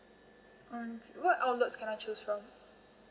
um what outlets can I choose from